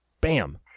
bam